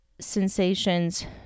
sensations